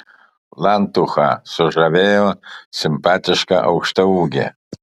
lantuchą sužavėjo simpatiška aukštaūgė